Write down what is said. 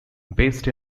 based